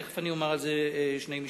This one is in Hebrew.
ומייד אומר על זה שני משפטים.